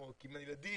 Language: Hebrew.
או עם הילדים,